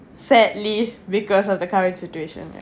sadly because of the current situation ya